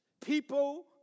people